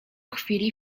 chwili